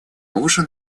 ужин